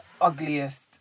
ugliest